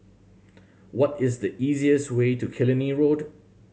what is the easiest way to Killiney Road